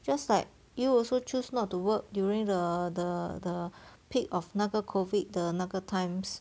just like you also choose not to work during the the the peak of 那个 COVID 的那个 times